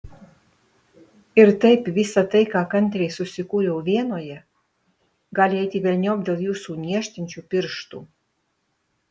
ir taip visa tai ką kantriai susikūriau vienoje gali eiti velniop dėl jūsų niežtinčių pirštų